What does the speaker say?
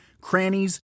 crannies